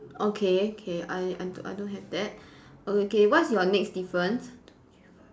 okay okay I I I don't have that okay what's your next difference one two three four